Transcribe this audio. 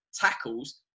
tackles